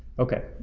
okay,